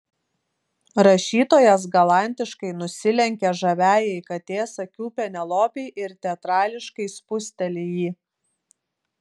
rašytojas galantiškai nusilenkia žaviajai katės akių penelopei ir teatrališkai spusteli jį